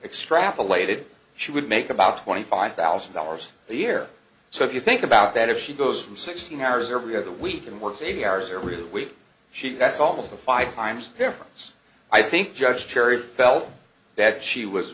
extrapolated she would make about twenty five thousand dollars a year so if you think about that if she goes for sixteen hours every other week and works eighty hours every week she that's almost a five times difference i think judge perry felt that she was